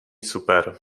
super